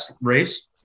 race